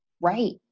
right